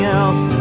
else